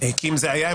כי אם זה היה,